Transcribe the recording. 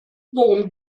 worum